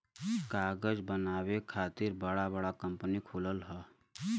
कागज बनावे खातिर बड़ा बड़ा कंपनी खुलल हौ